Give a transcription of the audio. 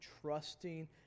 trusting